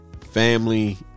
family